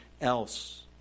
else